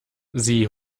sie